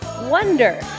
Wonder